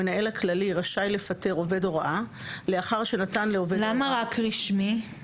המנהל הכללי רשאי לפטר עובד הוראה- -- למה רק רשמי?